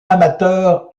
amateur